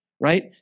right